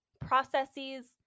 processes